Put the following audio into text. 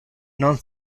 non